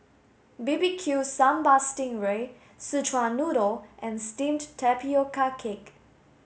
B B Q sambal sting ray Szechuan noodle and steamed tapioca cake